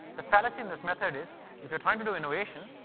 the fallacy in this method is if you're trying to do innovation,